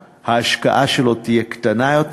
ההשקעה שלו תהיה קטנה יותר.